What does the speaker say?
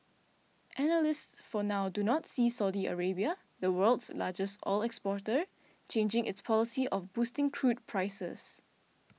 analysts for now do not see Saudi Arabia the world's largest oil exporter changing its policy of boosting crude prices